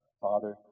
Father